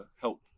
help